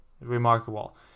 remarkable